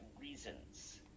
reasons